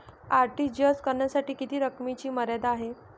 RTGS करण्यासाठी किती रकमेची मर्यादा आहे?